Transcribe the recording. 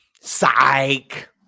Psych